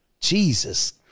Jesus